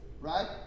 right